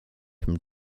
from